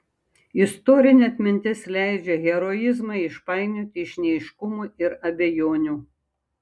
istorinė atmintis leidžia heroizmą išpainioti iš neaiškumų ir abejonių